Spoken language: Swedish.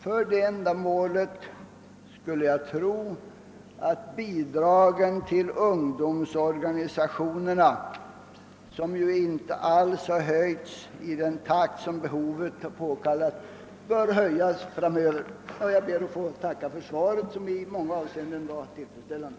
För det ändamålet skulle jag tro att bidragen till ungdomsorganisationerna, som ju inte alls har höjts i den takt som behovet påkallat, bör höjas framöver. Jag ber att få tacka för svaret som i många avseenden var tillfredsställande.